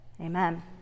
Amen